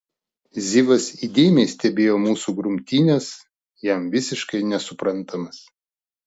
zivas įdėmiai stebėjo mūsų grumtynes jam visiškai nesuprantamas